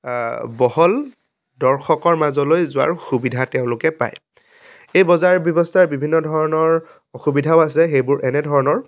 বহল দৰ্শকৰ মাজলৈ যোৱাৰ সুবিধা তেওঁলোকে পায় এই বজাৰ ব্যৱস্থাৰ বিভিন্ন ধৰণৰ অসুবিধাও আছে সেইবোৰ এনেধৰণৰ